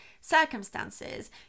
circumstances